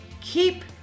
keep